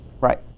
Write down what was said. Right